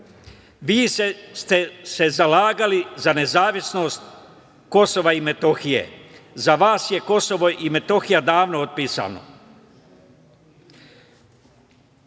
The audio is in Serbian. vi ste se zalagali za nezavisnost Kosova i Metohije. Za vas je KiM davno otpisano.